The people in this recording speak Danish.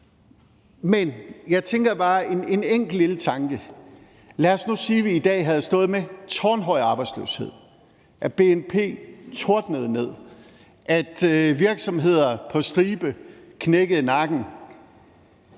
Men jeg tænker bare en enkelt lille tanke. Lad os nu sige, at vi i dag havde stået med tårnhøj arbejdsløshed, at bnp tordnede ned, at virksomheder på stribe knækkede nakken,